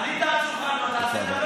עלית על שולחנות, נעשה טברנה.